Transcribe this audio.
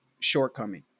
shortcoming